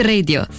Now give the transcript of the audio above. Radio